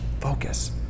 Focus